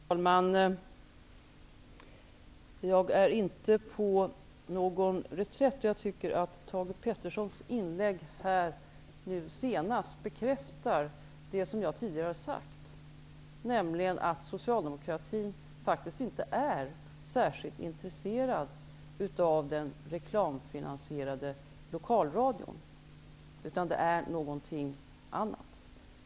Herr talman! Jag är inte på någon reträtt, och jag tycker att Thage G Petersons inlägg nu senast bekräftar det som jag tidigare har sagt, nämligen att Socialdemokraterna faktiskt inte är särskilt intresserade av den reklamfinansierade lokalradion, utan att det är någonting annat de syftar till.